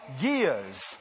years